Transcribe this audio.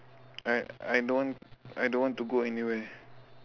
I I don't want I don't want to go anywhere